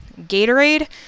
Gatorade